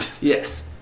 Yes